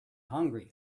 hungry